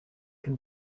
can